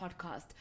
Podcast